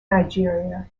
nigeria